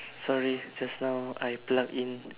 sorry just now I plug in